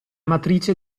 matrice